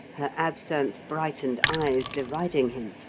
her absinthe-brightened eyes deriding him,